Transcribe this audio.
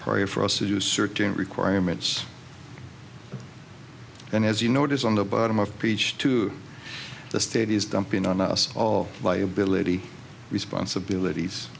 probably for us to do certain requirements and as you notice on the bottom of preach to the state is dumping on us of liability responsibilities